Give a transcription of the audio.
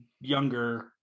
younger